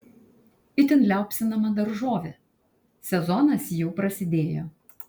itin liaupsinama daržovė sezonas jau prasidėjo